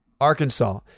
Arkansas